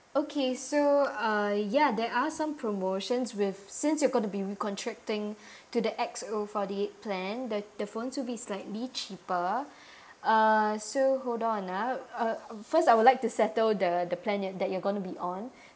okay so uh ya there are some promotions with since you're going to be recontracting to the X_O forty eight plan the the phone would be slightly cheaper uh so hold on ah uh first I'd like to settle the the plan you~ that you're going to be on